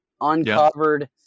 uncovered